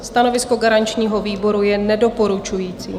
Stanovisko garančního výboru je nedoporučující.